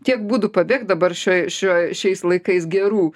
tiek būdų pabėgti dabar šioj šioj šiais laikais gerų